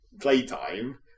playtime